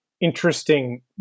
interesting